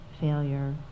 failure